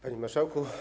Panie Marszałku!